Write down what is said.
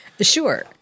Sure